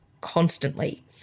constantly